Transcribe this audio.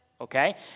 okay